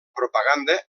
propaganda